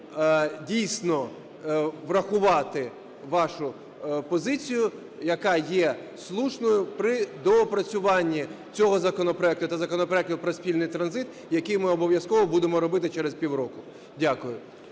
дійсно врахувати вашу позицію, яка є слушною, при доопрацюванні цього законопроекту та законопроекту про спільний транзит, який ми обов'язково будемо робити через півроку. Дякую.